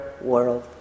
world